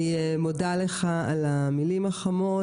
אני מודה לך על המילים החמות.